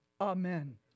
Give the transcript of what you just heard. Amen